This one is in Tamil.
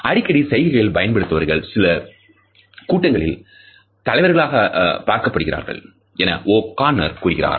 அடிக்கடி சைகைகள் பயன்படுத்துபவர்கள் சிறு கூட்டங்களில் தலைவர்களாக பார்க்கப்படுகிறார்கள் என O'Conner கூறுகிறார்